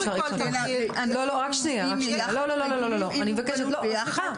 אני מבקשת לא.